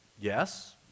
Yes